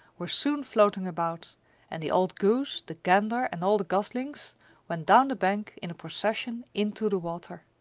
were soon floating about and the old goose, the gander, and all the goslings went down the bank in a procession into the water.